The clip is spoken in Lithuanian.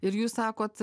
ir jūs sakot